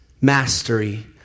mastery